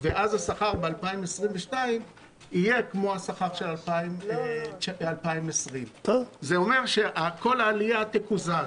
ואז השכר ב-2022 יהיה כמו השכר של 2020. זה אומר שכל עלייה תקוזז.